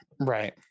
Right